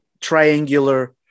triangular